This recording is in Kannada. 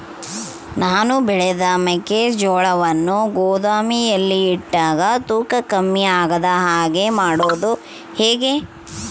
ನಾನು ಬೆಳೆದ ಮೆಕ್ಕಿಜೋಳವನ್ನು ಗೋದಾಮಿನಲ್ಲಿ ಇಟ್ಟಾಗ ತೂಕ ಕಮ್ಮಿ ಆಗದ ಹಾಗೆ ಮಾಡೋದು ಹೇಗೆ?